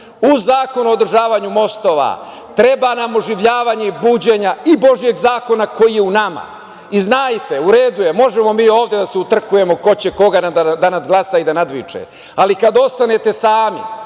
Zakonu o održavanju mostova treba nam oživljavanje i buđenja i Božijeg zakona koji je u nama. Znajte, u redu je, možemo mi ovde da se utrkujemo ko će koga da nadglasa i da nadviče, ali kada ostanete sami,